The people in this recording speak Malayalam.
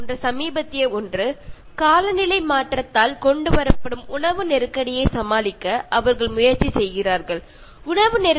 ഈ സിനിമകളിലൊക്കെ കാലാവസ്ഥാ വ്യതിയാനം കൊണ്ടുള്ള ഭക്ഷ്യ വസ്തുക്കളുടെ ലഭ്യത കുറവിനെ കുറിച്ചാണ് പ്രതിപാദിച്ചത്